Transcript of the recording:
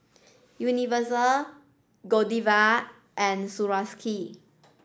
Universal Godiva and Swarovski